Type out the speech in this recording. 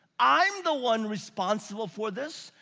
i'm the one responsible for this.